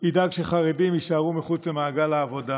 ידאג שחרדים יישארו מחוץ למעגל העבודה,